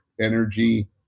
energy